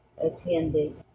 attended